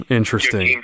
interesting